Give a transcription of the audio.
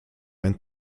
ein